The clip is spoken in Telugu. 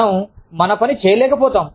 మన పని మనం చేయలేకపోతాం